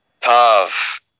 Tav